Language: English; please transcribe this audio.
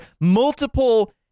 multiple